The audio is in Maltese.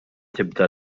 tibda